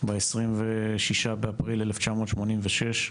בתאריך ה-26 באפריל 1986,